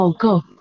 Go